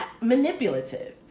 manipulative